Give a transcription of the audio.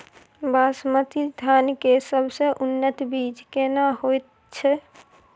बासमती धान के सबसे उन्नत बीज केना होयत छै?